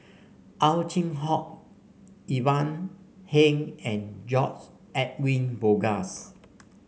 Ow Chin Hock Ivan Heng and George Edwin Bogaars